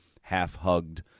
half-hugged